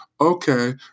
Okay